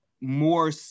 more